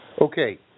Okay